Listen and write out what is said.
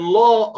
law